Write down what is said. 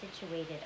situated